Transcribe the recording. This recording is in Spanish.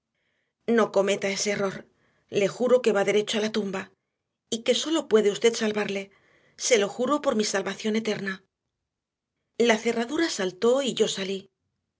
no cometa ese error le juro que va derecho a la tumba y que sólo puede usted salvarle se lo juro por mi salvación eterna la cerradura saltó y yo salí